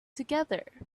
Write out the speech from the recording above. together